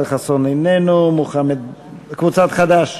קבוצת חד"ש,